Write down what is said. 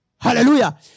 Hallelujah